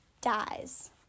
dies